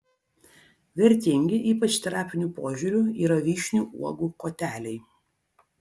vertingi ypač terapiniu požiūriu yra vyšnių uogų koteliai